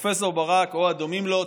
פרופסור ברק או הדומים לו,